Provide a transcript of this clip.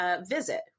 visit